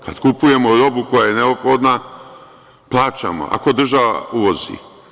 Kad kupujemo robu koja je neophodna, plaćamo, ako država uvozi.